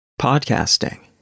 Podcasting